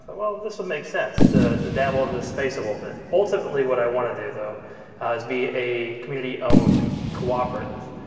well this would make sense to dabble in this space a little bit. ultimately what i wanna do though is be a community owned cooperative.